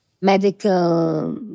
medical